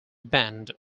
band